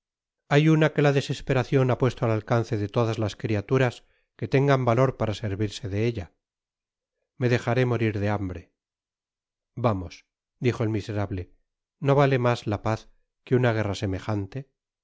hay una que la desesperacion ha puesto al alcance de todas las criaturas que tengan valor para servirse de ella me dejaré morir de hambre vamos dijo el miserable no vale mas la paz que una guerra semejante